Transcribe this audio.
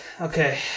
Okay